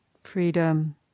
freedom